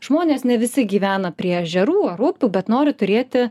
žmonės ne visi gyvena prie ežerų ar upių bet nori turėti